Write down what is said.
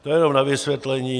To jenom na vysvětlení.